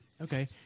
Okay